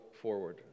forward